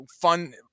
fun